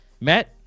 Matt